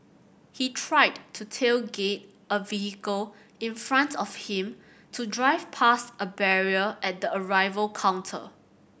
he tried to tailgate a vehicle in front of him to drive past a barrier at the arrival counter